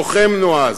לוחם נועז,